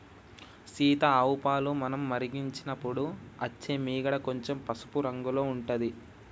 సీత ఆవు పాలు మనం మరిగించినపుడు అచ్చే మీగడ కొంచెం పసుపు రంగుల ఉంటది